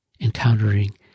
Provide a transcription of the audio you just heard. encountering